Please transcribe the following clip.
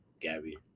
Gabby